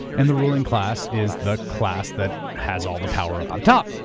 and the ruling class is the class that has all the power up at the top,